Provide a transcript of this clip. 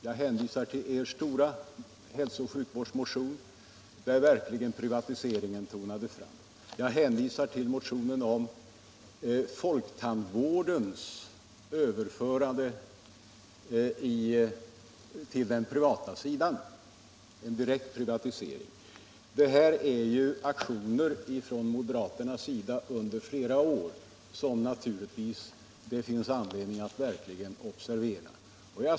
Jag hänvisar till er stora hälsooch sjukvårdsmotion, där verkligen privatiseringen tonade fram. Jag hänvisar till motionen om folktandvårdens överförande till den privata sidan — en direkt privatisering. Det här är aktioner som moderaterna bedrivit under flera år och som det naturligtvis finns anledning att observera.